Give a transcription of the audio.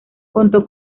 contó